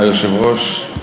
אדוני היושב-ראש,